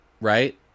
right